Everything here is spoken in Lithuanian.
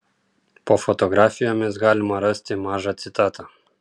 po fotografijomis galima rasti mažą citatą